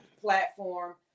platform